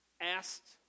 asked